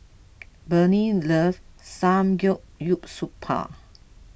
Brittney loves Samgeyopsal